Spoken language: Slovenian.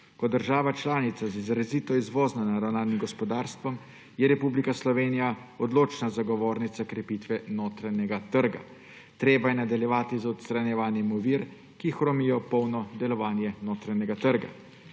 Kot država članica z izrazito izvozno naravnanim gospodarstvom je Republika Slovenija odločna zagovornica krepitve notranjega trga. Treba je nadaljevati z odstranjevanjem ovir, ki hromijo polno delovanje notranjega trga.